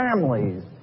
families